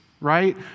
Right